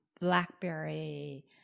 blackberry